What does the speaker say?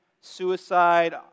suicide